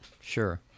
sure